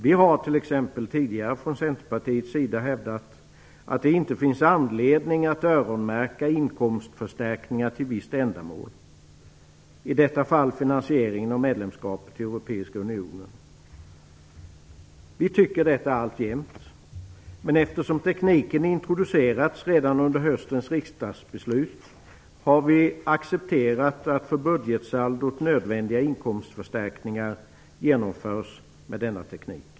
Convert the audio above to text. Vi har t.ex. tidigare från Centerpartiets sida hävdat att det inte finns anledning att öronmärka inkomstförstärkningar till visst ändamål - i detta fall finansieringen av medlemskapet i Europeiska unionen. Vi tycker detta alltjämt, men eftersom tekniken introducerades redan under höstens riksdagsbeslut har vi accepterat att för budgetsaldot nödvändiga inkomstförstärkningar genomförs med denna teknik.